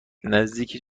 نزدیک